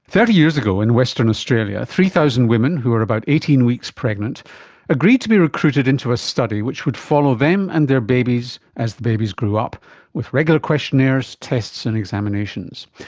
thirty years ago in western australia, three thousand women who were about eighteen weeks pregnant agreed to be recruited into a study which would follow them and their babies as the babies grew up with regular questionnaires, tests and examinations.